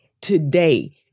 today